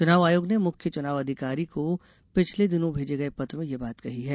चुनाव आयोग ने मुख्य चुनाव अधिकारी को पिछले दिनों भेजे गए पत्र में यह बात कही है